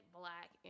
black